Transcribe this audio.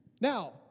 Now